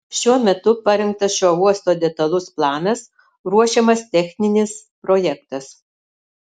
šiuo metu parengtas šio uosto detalus planas ruošiamas techninis projektas